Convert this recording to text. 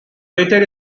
retail